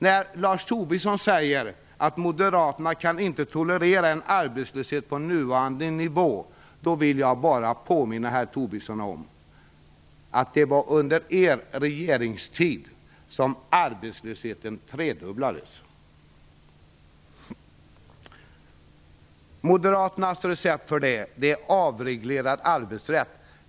När Lars Tobisson säger att Moderaterna inte kan tolerera en arbetslöshet på nuvarande nivå vill jag bara erinra herr Tobisson om att det var under er regeringstid som arbetslösheten tredubblades. Moderaternas recept är avreglerad arbetsrätt.